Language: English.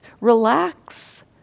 relax